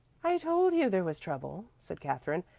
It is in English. i told you there was trouble, said katherine,